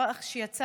במסמך שיצא